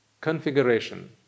configuration